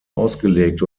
ausgelegt